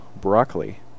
broccoli